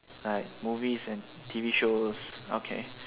like movies and T_V shows okay